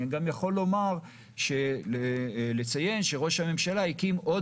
אני גם יכול לומר שראש הממשלה הקים עוד